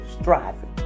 striving